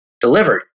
delivered